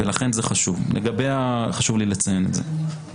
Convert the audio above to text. לכן חשוב לי לציין את זה.